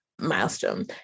milestone